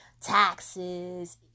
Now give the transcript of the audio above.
taxes